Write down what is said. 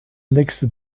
annexe